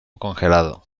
congelado